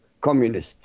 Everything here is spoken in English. communist